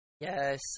Yes